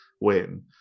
win